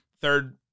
third